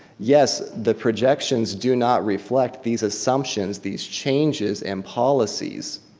yes the projections do not reflect these assumptions, these changes and policies.